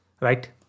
Right